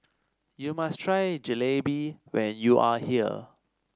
you must try Jalebi when you are here